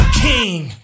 king